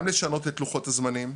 גם לשנות את לוחות הזמנים,